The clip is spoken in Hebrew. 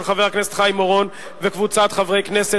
של חבר הכנסת חיים אורון וקבוצת חברי כנסת,